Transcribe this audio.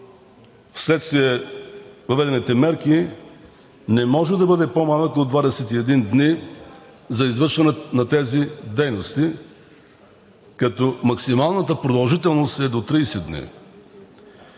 вследствие въведените мерки не може да бъде по-малък от 21 дни за извършване на тези дейности, като максималната продължителност е до 30 дни.